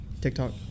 TikTok